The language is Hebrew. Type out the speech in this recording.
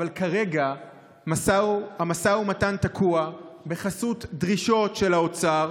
אבל כרגע המשא ומתן תקוע בחסות דרישות של האוצר,